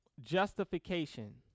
justification